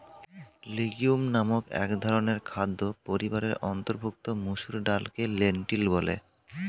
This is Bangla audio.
লিগিউম নামক একধরনের খাদ্য পরিবারের অন্তর্ভুক্ত মসুর ডালকে লেন্টিল বলে